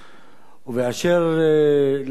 באשר לנושא